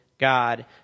god